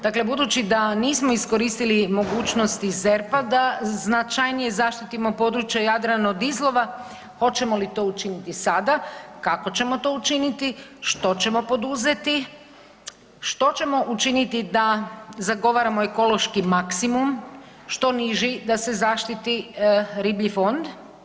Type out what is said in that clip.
Dakle, budući da nismo iskoristili mogućnosti ZERP-a da značajnije zaštitimo područje Jadrana od izlova, hoćemo li to učiniti sada, kako ćemo to učiniti, što ćemo poduzeti, što ćemo učiniti da zagovaramo ekološki maksimum što niži da se zaštiti riblji fond?